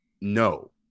no